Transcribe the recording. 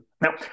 Now